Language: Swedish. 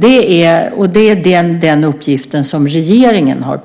Det är den uppgiften som regeringen har.